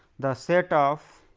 the set of